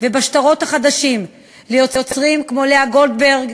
ובשטרות החדשים ליוצרים כמו לאה גולדברג,